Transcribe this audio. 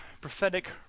prophetic